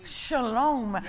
shalom